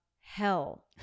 hell